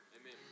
Amen